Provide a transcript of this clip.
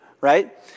right